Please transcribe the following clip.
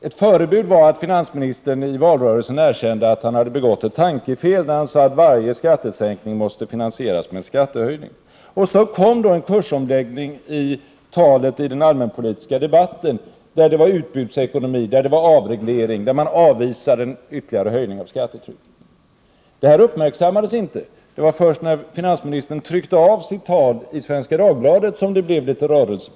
Ett förebud var att finansministern i valrörelsen erkände att han hade begått ett tankefel när han sade att varje skattesänkning måste finansieras med en skattehöjning. Sedan gjordes en kursomläggning i och med talet i den allmänpolitiska debatten, då finansministern talade om utbudsekonomi och avreglering och avvisade en ytterligare höjning av skattetrycket. Detta uppmärksammades inte. Det var först när finansministerns tal trycktes i Svenska Dagbladet som det blev litet rörelse.